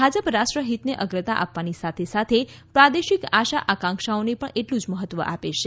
ભાજપ રાષ્ટ્રહિતને અગ્રતા આપવાની સાથે સાથે પ્રાદેશિક આશા આકાંક્ષાઓને પણ એટલું જ મહત્વ આપે છે